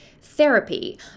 therapy